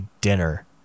dinner